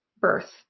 birth